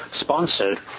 sponsored